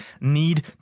need